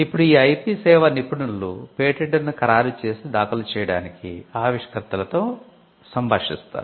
అప్పుడు ఐపి సేవా నిపుణులు పేటెంట్ను ఖరారు చేసి దాఖలు చేయడానికి ఆవిష్కర్తలతో సంభాషిస్తారు